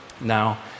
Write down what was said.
Now